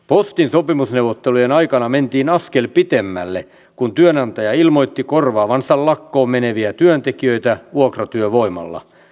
postin sopimusneuvottelujen aikana mentiin askel pitemmälle kun työnantaja ilmoitti korvaavansa lakkoon meneviä työntekijöitä vuokratyövoimalla